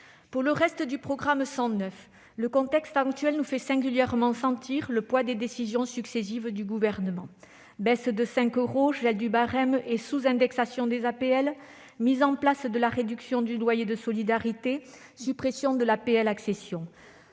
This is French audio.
Pour le reste du programme 109, le contexte actuel nous fait singulièrement sentir le poids des décisions successives du Gouvernement : baisse de 5 euros, gel du barème et sous-indexation des APL ; mise en place de la réduction de loyer de solidarité ; suppression de l'APL accession.